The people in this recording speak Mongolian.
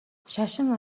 шашин